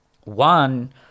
one